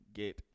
get